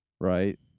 Right